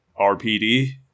RPD